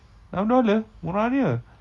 enam dollar murahnya